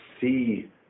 see